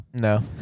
No